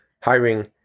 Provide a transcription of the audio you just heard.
hiring